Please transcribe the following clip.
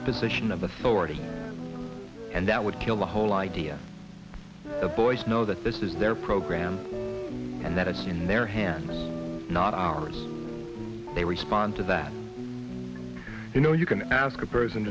imposition of authority and that would kill the whole idea of boys know that this is their program and that it's in their hands not ours they respond to that you know you can ask a person